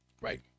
Right